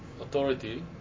authority